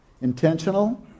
Intentional